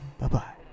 Bye-bye